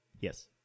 Yes